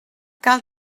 cal